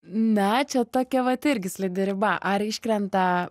na čia tokia vat irgi slidi riba ar iškrenta